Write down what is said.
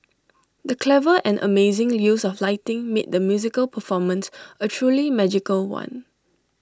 the clever and amazing use of lighting made the musical performance A truly magical one